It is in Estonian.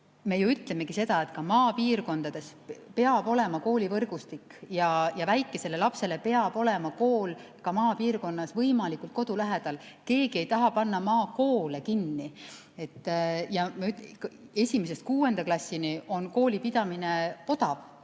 me ju ütlemegi seda, et ka maapiirkondades peab olema koolivõrgustik ja väikesele lapsele peab olema kool ka maapiirkonnas võimalikult kodu lähedal. Keegi ei taha panna maakoole kinni. Esimesest kuuenda klassini on kooli pidamine odav.